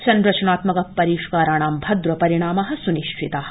संरचनात्मक परिष्काराणा भद्र परिणामा स्निश्चिता